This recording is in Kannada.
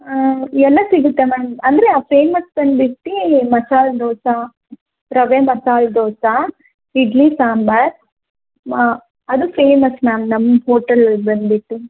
ಹಾಂ ಎಲ್ಲ ಸಿಗುತ್ತೆ ಮ್ಯಾಮ್ ಅಂದರೆ ಆ ಫೇಮಸ್ ಬಂದ್ಬಿಟ್ಟು ಮಸಾಲ್ದೋಸೆ ರವೆ ಮಸಾಲ್ದೋಸೆ ಇಡ್ಲಿ ಸಾಂಬಾರು ಮ ಅದು ಫೇಮಸ್ ಮ್ಯಾಮ್ ನಮ್ಮ ಹೋಟೆಲದ್ದು ಬಂದುಬಿಟ್ಟು